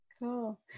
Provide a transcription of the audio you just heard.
Cool